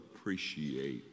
appreciate